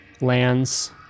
lands